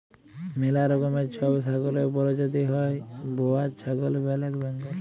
ম্যালা রকমের ছব ছাগলের পরজাতি হ্যয় বোয়ার ছাগল, ব্যালেক বেঙ্গল